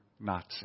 Nazi